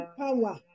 power